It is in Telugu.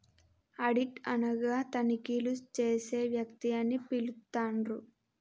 ఆడిట్ అనగా తనిఖీలు చేసే వ్యక్తి అని పిలుత్తండ్రు